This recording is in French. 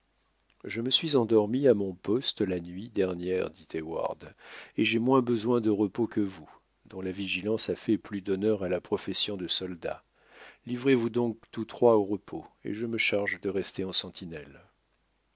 je me suis endormi à mon poste la nuit dernière dit heyward et j'ai moins besoin de repos que vous dont la vigilance a fait plus d'honneur à la profession de soldat livrez vous donc tous trois au repos et je me charge de rester en sentinelle